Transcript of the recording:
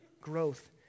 growth